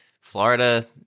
Florida